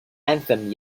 anthem